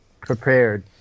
prepared